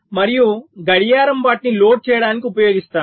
మరియు గడియారం వాటిని లోడ్ చేయడానికి ఉపయోగిస్తాను